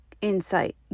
insight